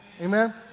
Amen